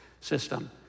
system